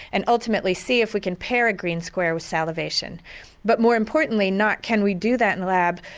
and ultimately see if we can pair a green square with salivation but, more importantly, not can we do that in the lab,